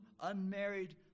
unmarried